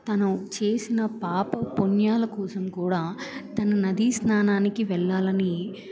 తను చేసిన పాప పొణ్యాల కోసం కూడా తన నది స్నానానికి వెళ్ళాలని